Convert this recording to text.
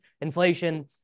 inflation